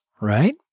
right